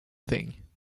thing